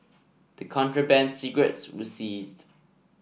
the contraband cigarettes were seized